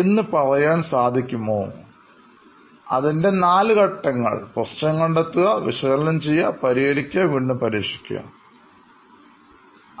എന്ന് പറയാൻ സാധിക്കുമോ അതിൻറെ നാല് ഘട്ടങ്ങൾ പ്രശ്നം കണ്ടെത്തുക വിശകലനം ചെയ്യുക പരിഹരിക്കുക വീണ്ടും പരീക്ഷിക്കുക ഇവയെല്ലാമാണ് ഞങ്ങൾ അഞ്ചുപേരുടെയും ശ്രദ്ധ കേന്ദ്രീകരിച്ചിട്ടുള്ളത്